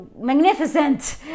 magnificent